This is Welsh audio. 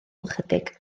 ychydig